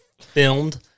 filmed